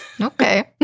okay